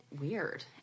weird